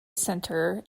centre